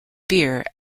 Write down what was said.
beer